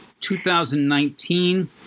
2019